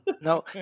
no